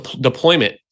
deployment